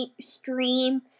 stream